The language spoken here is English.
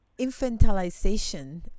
infantilization